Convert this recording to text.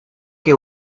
que